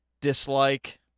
dislike